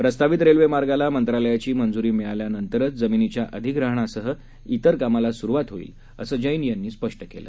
प्रस्तावित रेल्वेमार्गाला मंत्रालयाची मंज्री मिळाल्यानंतरच जमिनीच्या अधिग्रहणासह इतर कामाला स्रुवात होईल असंही जैन यांनी स्पष्ट केलं